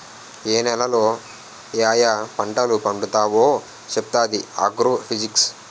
ఏ నేలలో యాయా పంటలు పండుతావో చెప్పుతాది ఆగ్రో ఫిజిక్స్